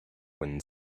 wind